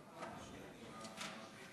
בבקשה,